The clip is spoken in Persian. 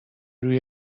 روی